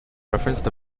referenced